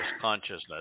consciousness